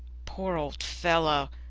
poor old fellow!